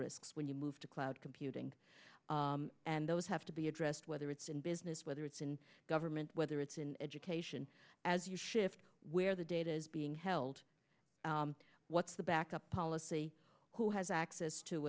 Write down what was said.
risks when you move to cloud computing and those have to be addressed whether it's in business whether it's in government whether it's in education as you shift where the data is being held what's the backup policy who has access to